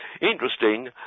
Interesting